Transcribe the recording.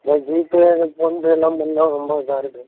இந்த ஜிபே இந்த ஃபோன்பேல்லாம் பண்ணிணா ரொம்ப இதாக இருக்குது